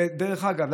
דרך אגב,